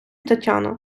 тетяно